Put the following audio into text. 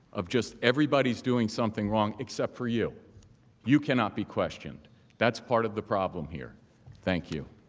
of just everybody's doing something wrong except for you you cannot be question that's part of the problem here thank you